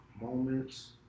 moments